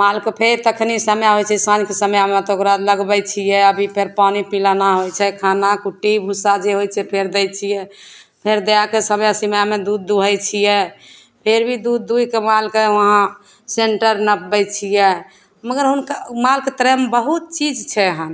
मालके फेर कखनी समय होइत छै साँझके समयमे तऽ ओकरा लगतबै छियैके अभी फेर पानि पिलाना होइत छै खाना कुट्टी भुस्सा जे होइत छै फेर दै छियै फेर दएके समयसीमामे दूध दुहैत छियै फेरभी दूध दुहिके मालके वहाँ सेन्टर नपबै छियै मगर हुनका मालके करैमे बहुत चीज छै धिआन